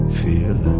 feel